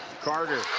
carter